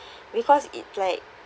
because it's like